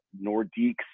Nordique's